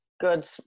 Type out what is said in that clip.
good